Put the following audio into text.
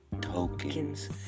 ...tokens